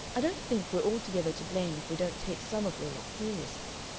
i don't think we're altogether to blame if we don't take some of your lot seriously.